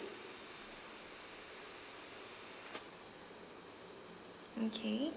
okay